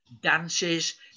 dances